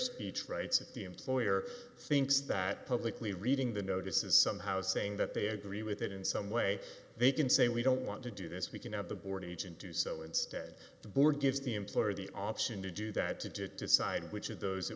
speech rights if the employer thinks that publicly reading the notice is somehow saying that they agree with it in some way they can say we don't want to do this we can have the board agent do so instead the board gives the employer the option to do that to decide which of those